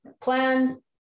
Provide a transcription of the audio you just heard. plan